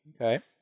Okay